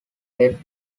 led